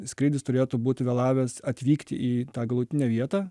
skrydis turėtų būt vėlavęs atvykti į tą galutinę vietą